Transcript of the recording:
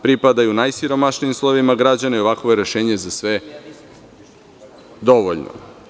Pripadaju najsiromašnijim slojevima građana i ovakvo rešenje je za sve dovoljno.